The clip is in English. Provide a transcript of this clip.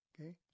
Okay